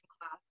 class